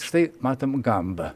štai matom gamba